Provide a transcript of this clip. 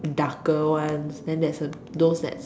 darker ones then there's those like